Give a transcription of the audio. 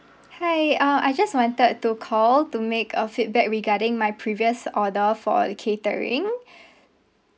hi uh I just wanted to call to make a feedback regarding my previous order for a catering